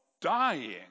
dying